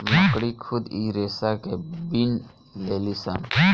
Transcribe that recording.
मकड़ी खुद इ रेसा के बिन लेलीसन